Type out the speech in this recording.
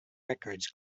records